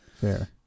Fair